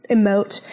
emote